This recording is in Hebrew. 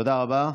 תודה רבה.